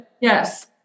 Yes